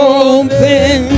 open